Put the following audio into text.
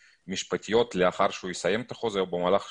משפטיות לאחר שהוא יסיים את החוזה או במהלך